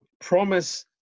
promise